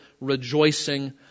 rejoicing